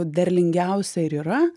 derlingiausia ir yra